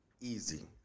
easy